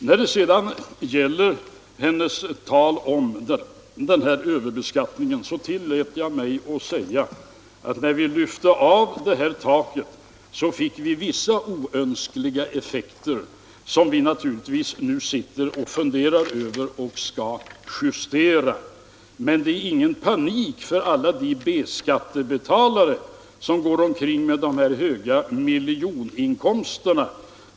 När det gäller hennes tal om överbeskattning tillät jag mig att säga att när vi lyfte av det här taket, så fick vi vissa oönskade effekter som vi naturligtvis sitter och funderar hur vi skall justera. Men det är ingen panik för alla de B-skattebetalare som går omkring med de här höga miljoninkomsterna.